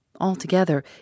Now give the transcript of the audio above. Altogether